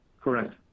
correct